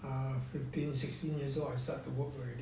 err fifteen sixteen years old I start to work already